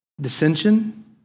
dissension